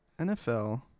NFL